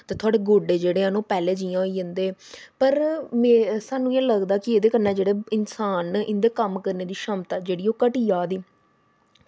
थोआड़े गोड्डे जेह्ड़े हैन पैह्लें जेह् होई जंदे पर सानूं एह् लगदा कि एह्दे कन्नै जेह्ड़े इंसान न इं'दी कम्म करने दी जेह्ड़ी क्षमता ओह् घटी जा दी